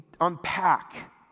unpack